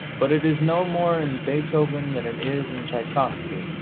but it is no more in beethoven than it is in tschaikovsky.